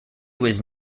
was